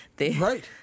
Right